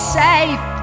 safe